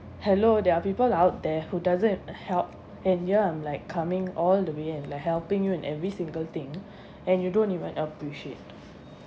hello there are people out there who doesn't help and ya I'm like coming all the way and like helping you in every single thing and you don't even appreciate